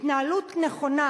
התנהלות נכונה,